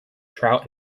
trout